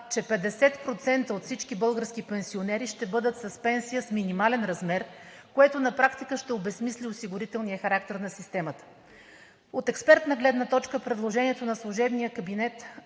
че 50% от всички български пенсионери ще бъдат с пенсия с минимален размер, което на практика ще обезсмисли осигурителния характер на системата. От експертна гледна точка предложението на служебния кабинет